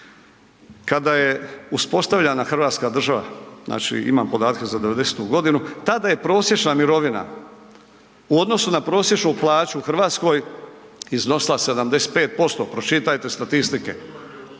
Kada je uspostavljena hrvatska država, znači imam podatke za '90.g., tada je prosječna mirovina u odnosu na prosječnu plaću u RH iznosila 75%, pročitajte statistike.